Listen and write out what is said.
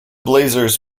blazers